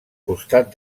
costat